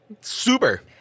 Super